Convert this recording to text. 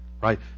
Right